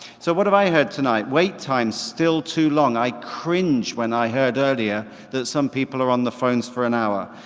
so what have i heard tonight? wait times, still too long. i cringed when i heard earlier that some people are on the phones for an hour.